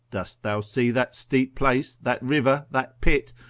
dost thou see that steep place, that river, that pit,